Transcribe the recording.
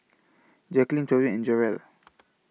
Jacquelyn Torrey and Jarrell